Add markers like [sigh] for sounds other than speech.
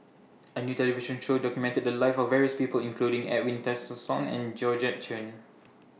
[noise] A New television Show documented The Lives of various People including Edwin Tessensohn and Georgette Chen